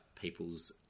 people's